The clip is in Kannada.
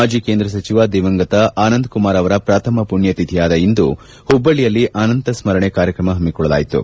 ಮಾಜಿ ಕೇಂದ್ರ ಸಚಿವ ದಿವಂಗತ ಅನಂತ್ ಕುಮಾರ್ ಅವರ ಪ್ರಥಮ ಪುಣ್ಯತಿಥಿಯಾದ ಇಂದು ಹುಬ್ಬಳ್ಳಿಯಲ್ಲಿ ಅನಂತ ಸ್ಕರಣ ಕಾರ್ಯಕ್ರಮ ಹಮ್ಮಿಕೊಳ್ಳಲಾಯಿತು